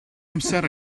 amser